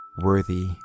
Worthy